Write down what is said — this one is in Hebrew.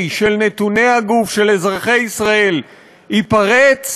של נתוני הגוף של אזרחי ישראל ייפרץ,